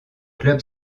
club